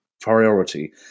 priority